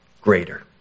greater